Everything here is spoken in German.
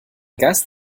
geist